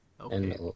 okay